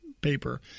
paper